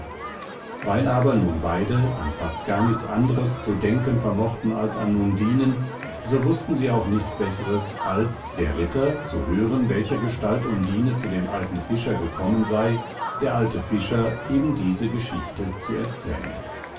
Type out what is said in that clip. weil aber nun beide an fast gar nichts andres zu denken vermochten als an undinen so wußten sie auch nichts bessres als der ritter zu hören welchergestalt undine zu dem alten fischer gekommen sei der alte fischer ebendiese geschichte zu erzählen